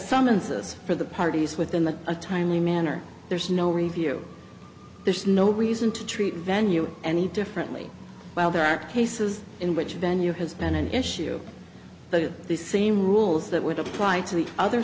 summonses for the party within the a timely manner there is no review there's no reason to treat venue any differently while there are cases in which venue has been an issue but at the same rules that would apply to the other